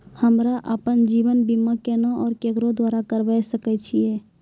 हमरा आपन जीवन बीमा केना और केकरो द्वारा करबै सकै छिये?